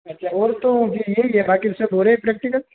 अच्छा और तो यही है बाक़ि सब हो रहे है प्रैक्टिकल